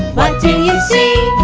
what do you see?